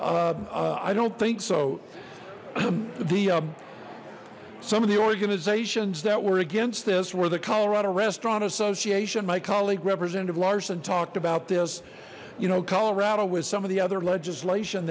bed i don't think so the some of the organizations that were against this where the colorado restaurant association my colleague representative larson talked about this you know colorado with some of the other legislation